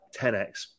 10x